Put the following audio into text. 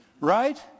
right